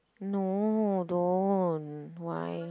no don't why